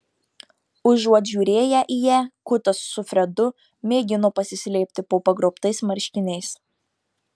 užuot žiūrėję į ją kutas su fredu mėgino pasislėpti po pagrobtais marškiniais